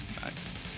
Nice